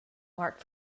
mark